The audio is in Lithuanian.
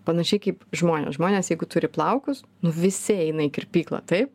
panašiai kaip žmonės žmonės jeigu turi plaukus nu visi eina į kirpyklą taip